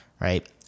right